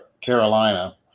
Carolina